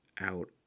out